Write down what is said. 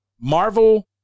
Marvel